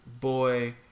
boy